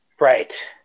Right